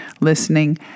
listening